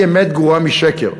חצי אמת גרועה משקר.